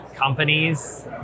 companies